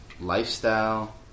lifestyle